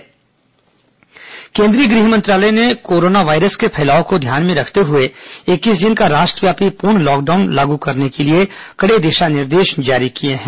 corona गृह मंत्रालय केंद्रीय गृह मंत्रालय ने कोविड उन्नीस के फैलाव को ध्यान में रखते हुए इक्कीस दिन का राष्ट्रव्यापी पूर्ण लॉकडाउन लागू करने के लिए कड़े दिशा निर्देश जारी किए हैं